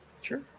sure